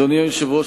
אדוני היושב-ראש,